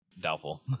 Doubtful